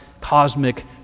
cosmic